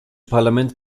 parlament